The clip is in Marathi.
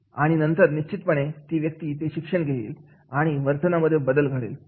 आणि नंतर निश्चितपणे ती व्यक्ती ते शिक्षण घेईल आणि वर्तनामध्ये बदल घडेल